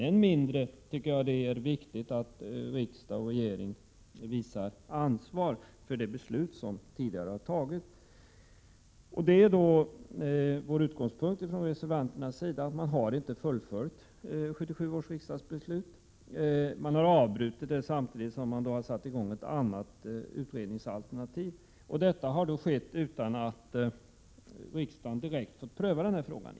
Än mer är det viktigt att riksdag och regering visar ansvar för tidigare taget beslut. Detta är reservanternas utgångspunkt. Regeringen har inte fullföljt 1977 års riksdagsbeslut. Man har avbrutit arbetet och samtidigt satt i gång ett annat utredningsalternativ utan att riksdagen prövat frågan.